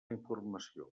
informació